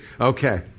Okay